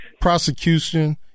prosecution